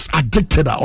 addicted